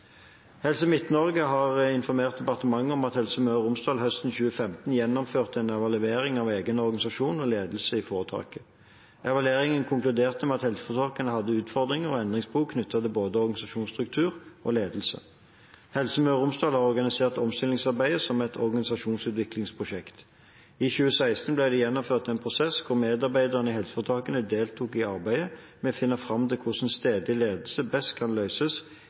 Helse Midt-Norge RHF har informert departementet om at Helse Møre og Romsdal høsten 2015 gjennomførte en evaluering av egen organisasjon og ledelse av foretaket. Evalueringen konkluderte med at helseforetaket hadde utfordringer og endringsbehov knyttet til både organisasjonsstruktur og ledelse. Helse Møre og Romsdal har organisert omstillingsarbeidet som et organisasjonsutviklingsprosjekt. I 2016 ble det gjennomført en prosess hvor medarbeiderne i helseforetaket deltok i arbeidet med å finne fram til hvordan stedlig ledelse best kan løses